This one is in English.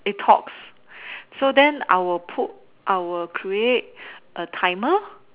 it talks so then I will put I will create a timer